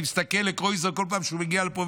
אני מסתכל אל קרויזר כל פעם שהוא מגיע לפה,